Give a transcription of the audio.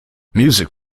music